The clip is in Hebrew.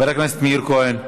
חבר הכנסת מאיר כהן,